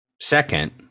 Second